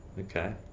Okay